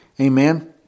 amen